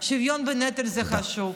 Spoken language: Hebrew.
שוויון בנטל זה חשוב,